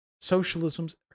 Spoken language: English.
socialism's